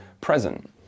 present